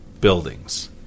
buildings